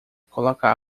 colocar